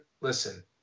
listen